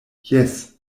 jes